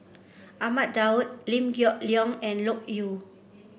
Ahmad Daud Liew Geok Leong and Loke Yew